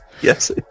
Yes